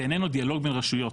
זה איננו דיאלוג בין רשויות.